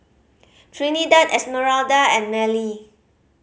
Trinidad Esmeralda and Mellie